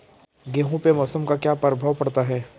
गेहूँ पे मौसम का क्या प्रभाव पड़ता है?